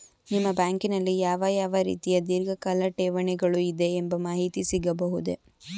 ನಿಮ್ಮ ಬ್ಯಾಂಕಿನಲ್ಲಿ ಯಾವ ಯಾವ ರೀತಿಯ ಧೀರ್ಘಕಾಲ ಠೇವಣಿಗಳು ಇದೆ ಎಂಬ ಮಾಹಿತಿ ಸಿಗಬಹುದೇ?